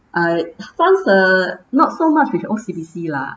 uh not so much with O_C_B_C lah